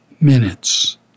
minutes